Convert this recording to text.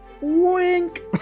wink